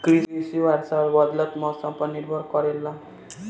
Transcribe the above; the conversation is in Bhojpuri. कृषि वर्षा और बदलत मौसम पर निर्भर करेला